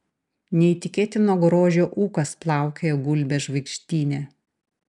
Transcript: neįtikėtino grožio ūkas plaukioja gulbės žvaigždyne